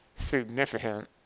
significant